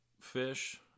fish